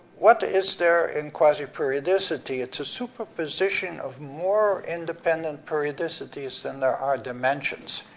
what is there in quasiperiodicity? it's a superposition of more independent periodicities than there are dimensions,